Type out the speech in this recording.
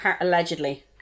allegedly